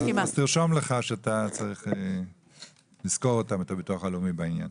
אז תרשום לך שאתה צריך לזכור את הביטוח הלאומי בעניין.